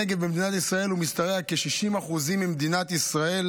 הנגב במדינת ישראל משתרע על כ-60% ממדינת ישראל,